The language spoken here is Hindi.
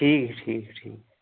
ठीक है ठीक है ठीक है